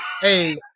hey